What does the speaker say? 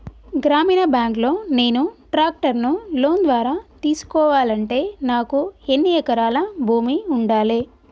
గ్రామీణ బ్యాంక్ లో నేను ట్రాక్టర్ను లోన్ ద్వారా తీసుకోవాలంటే నాకు ఎన్ని ఎకరాల భూమి ఉండాలే?